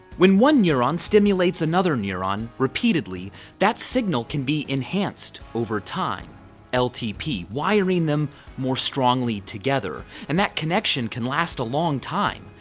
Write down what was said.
when one neurone stimulates another neurone repeatedly that signal can be enhanced overtime ltp, wiring them more strongly together and that connection can last a long time,